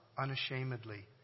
unashamedly